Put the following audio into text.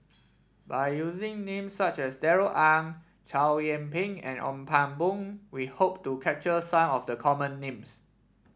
by using names such as Darrell Ang Chow Yian Ping and Ong Pang Boon we hope to capture some of the common names